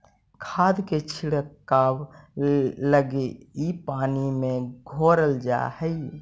खाद के छिड़काव लगी इ पानी में घोरल जा हई